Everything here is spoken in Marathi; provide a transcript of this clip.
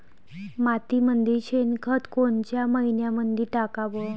मातीमंदी शेणखत कोनच्या मइन्यामंधी टाकाव?